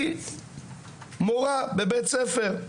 היא מורה בבית ספר.